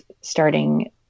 starting